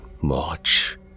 march